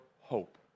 hope